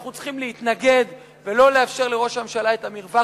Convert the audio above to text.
אנחנו צריכים להתנגד ולא לאפשר לראש הממשלה את המרווח